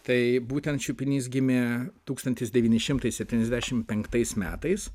tai būtent šiupinys gimė tūkstantis devyni šimtai septyniasdešim penktais metais